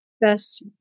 best